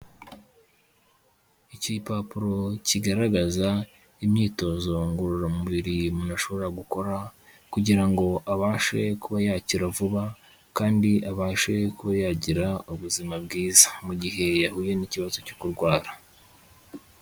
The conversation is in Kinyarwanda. Igipapuro kigaragaza imyitozo ngororamubiri umuntu ashobora gukora kugira ngo abashe kuba yakira vuba kandi abashe kuba yagira ubuzima bwiza mu gihe yahuye n'ikibazo cyo kurwara.